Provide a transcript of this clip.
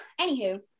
anywho